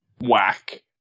whack